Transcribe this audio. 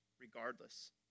regardless